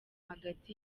hagati